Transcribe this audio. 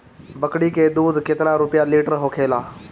बकड़ी के दूध केतना रुपया लीटर होखेला?